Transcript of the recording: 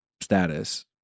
status